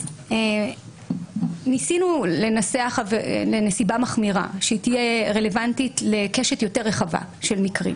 אז ניסינו לנסח נסיבה מחמירה שתהיה רלוונטית לקשת יותר רחבה של מקרים